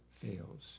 fails